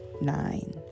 nine